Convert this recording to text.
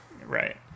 Right